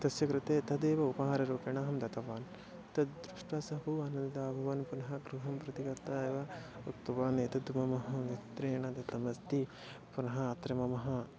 तस्याः कृते तदेव उपहाररूपेण अहं दत्तवान् तद्दृष्ट्वा बहु आनन्दाभवन् पुनः गृहं प्रति गत्वा एव उक्तवान् एतत् मम मित्रेण दत्तमस्ति पुनः अत्र मम